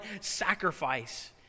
sacrifice